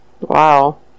Wow